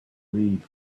read